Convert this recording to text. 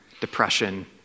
depression